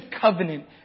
covenant